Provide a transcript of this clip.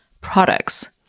products